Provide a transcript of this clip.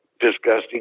Disgusting